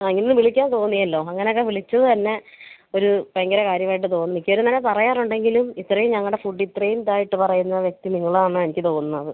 ആ ഇന്ന് വിളിക്കാൻ തോന്നിയല്ലോ അങ്ങനെയൊക്കെ വിളിച്ചത് തന്നെ ഒരു ഭയങ്കര കാര്യമായിട്ട് തോന്നി മിക്കവരും അങ്ങനെ പറയാറുണ്ടെങ്കിലും ഇത്രയും ഞങ്ങളുടെ ഫുഡ് ഇത്രയും ഇതായിട്ട് പറയുന്ന വ്യക്തി നിങ്ങൾ ആണെന്നാണ് എനിക്ക് തോന്നുന്നത്